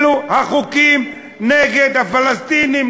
אלה החוקים נגד הפלסטינים,